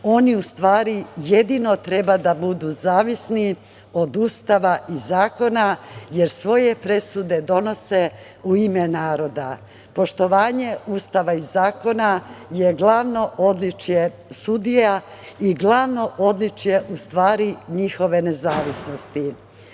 Oni u stvari jedino treba da budu zavisni od Ustava i zakona, jer svoje presude donose u ime naroda. Poštovanje Ustava i zakona je glavno odličje sudija i glavno odličje u stvari njihove nezavisnosti. Naravno,